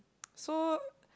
so